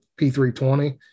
p320